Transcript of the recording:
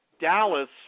Dallas